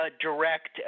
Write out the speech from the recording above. direct